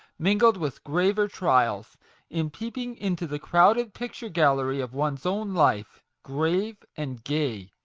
mingled with graver trials in peeping into the crowded picture-gallery of one's own life grave and gay!